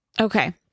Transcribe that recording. Okay